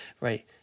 Right